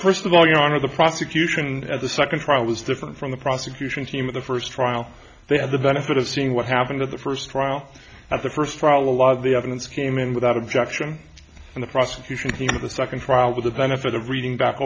first of all your honor the prosecution at the second problem was different from the prosecution team in the first trial they have the benefit of seeing what happened at the first trial at the first trial a lot of the evidence came in without objection and the prosecution team of the second trial with the benefit of reading back